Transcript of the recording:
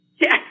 Yes